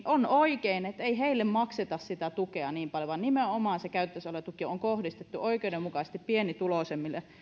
on paljon tuloja ei makseta sitä tukea niin paljon vaan nimenomaan se käytössä oleva tuki on kohdistettu oikeudenmukaisesti pienituloisemmille